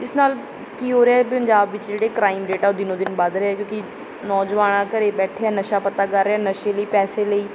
ਜਿਸ ਨਾਲ ਕੀ ਹੋ ਰਿਹਾ ਹੈ ਪੰਜਾਬ ਵਿੱਚ ਜਿਹੜੇ ਕ੍ਰਾਈਮ ਰੇਟ ਆ ਉਹ ਦਿਨੋਂ ਦਿਨ ਵੱਧ ਰਹੇ ਕਿਉਂਕਿ ਨੌਜਵਾਨ ਆ ਘਰ ਬੈਠੇ ਆ ਨਸ਼ਾ ਪੱਤਾ ਕਰ ਰਹੇ ਨਸ਼ੇ ਲਈ ਪੈਸੇ ਲਈ